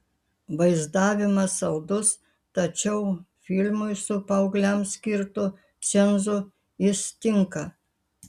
vaizdavimas saldus tačiau filmui su paaugliams skirtu cenzu jis tinka